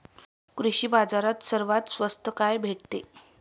कृषी बाजारात सर्वात स्वस्त काय भेटते?